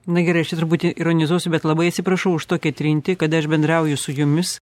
na gerai aš čia truputį ironizuosiu bet labai atsiprašau už tokią trintį kada aš bendrauju su jumis